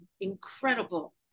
incredible